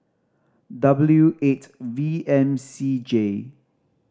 W eight V M C J